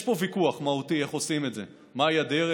יש פה ויכוח מהותי על איך עושים את זה, מהי הדרך,